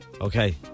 Okay